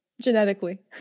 Genetically